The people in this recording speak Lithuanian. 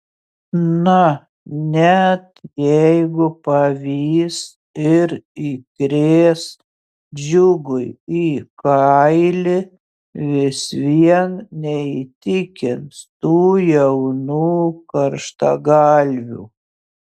na net jeigu pavys ir įkrės džiugui į kailį vis vien neįtikins tų jaunų karštagalvių